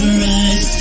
rise